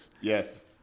Yes